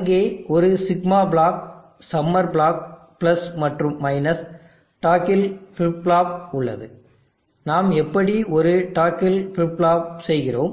அங்கே ஒரு sigma block summer block மற்றும் டாக்கில் ஃபிளிப் ஃப்ளாப் உள்ளது நாம் எப்படி ஒரு டாக்கில் ஃபிளிப் ஃப்ளாப் செய்கிறோம்